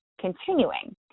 continuing